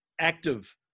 active